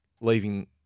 leaving